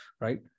right